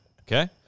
Okay